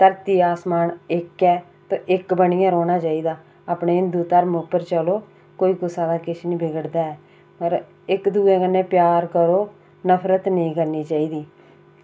धरती आसमान इक्क ऐ तां इक्क बनियै रौह्ना चाहिदा अपने हिंदु धर्म पर चलो कोई कुसै दा किश निं बिगड़दा ऐ पर इक्क दूऐ कन्नै प्यार करो नफरत नेईं करनी चाहिदी